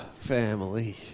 family